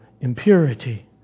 impurity